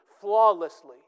flawlessly